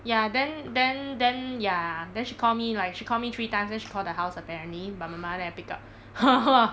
ya then then then ya then she call me like she call me three times then she call me the house apparently but my mother never pick up !huh! !whoa!